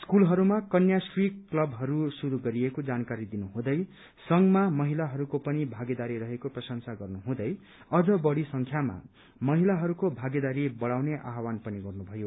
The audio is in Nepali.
स्कूलहरूमा कन्याश्री क्लबहरू शुरू गरिएको जानकारी दिनुहुँदै संघमा महिलाहरूको पनि भागीदारी रहेको प्रशंसा गर्नुहुँदै अझ बढ़ी संख्यामा महिलाहरूको भागीदारी बढ़ाउने आह्वान गर्नुभयो